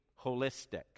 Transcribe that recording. holistic